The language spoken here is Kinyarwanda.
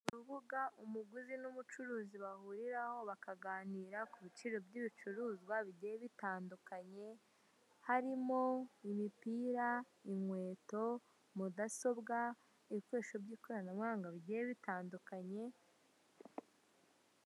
Urubaga umuguzi n'umucuruzi bahuriraho bakaganira ku biciro by'ibicuruzwa bigiye bitandukanye harimo imipira, inkweto, mudasobwa, ibikoresho by'ikoranabuhanga bigiye bitandukanye.